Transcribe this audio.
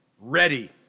Ready